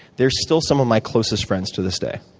they're still some of my closest friends to this day.